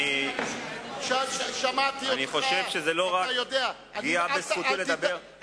אני חושב שזו לא רק פגיעה בזכותי לדבר.